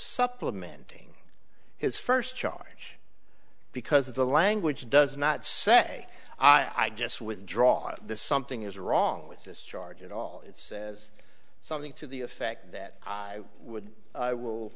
supplementing his first charge because of the language does not say i just withdraw this something is wrong with this charge at all it says something to the effect that i would i will